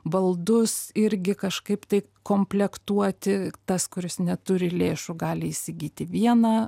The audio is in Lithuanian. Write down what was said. baldus irgi kažkaip tai komplektuoti tas kuris neturi lėšų gali įsigyti vieną